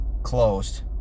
closed